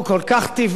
כל כך טבעי,